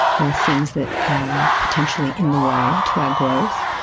there are things that are potentially in the way to our growth,